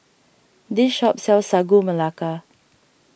this shop sells Sagu Melaka